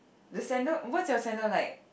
the sandal what's your sandal like